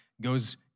goes